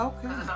Okay